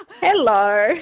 hello